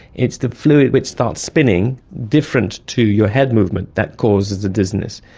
it's the fluid which starts spinning different to your head movement that causes the dizziness.